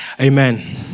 Amen